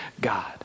God